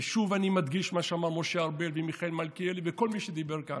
ושוב אני מדגיש מה שאמרו משה ארבל ומיכאל מלכיאלי וכל מי שדיבר כאן: